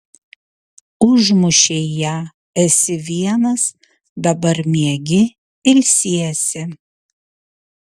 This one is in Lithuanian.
užmušei ją esi vienas dabar miegi ilsiesi